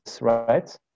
right